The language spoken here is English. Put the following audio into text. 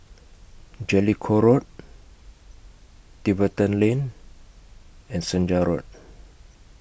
Jellicoe Road Tiverton Lane and Senja Road